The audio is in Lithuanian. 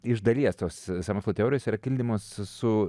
iš dalies tos sąmokslo teorijos ir kildinamos su